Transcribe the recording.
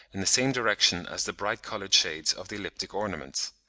in the same direction as the bright coloured shades of the elliptic ornaments.